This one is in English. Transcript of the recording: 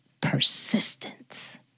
Persistence